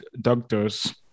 doctors